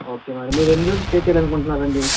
okay madam మీరు ఎన్ని రోజులు స్టే చేయాలని అనుకుంటున్నారండి